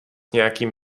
nějakým